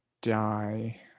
die